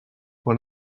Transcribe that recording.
pour